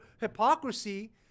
hypocrisy